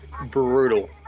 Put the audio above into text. Brutal